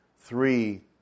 Three